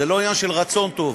זה לא עניין של רצון טוב.